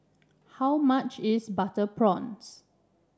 how much is Butter Prawns